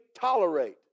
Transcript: tolerate